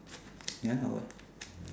ya lah what